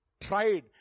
tried